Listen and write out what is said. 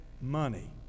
money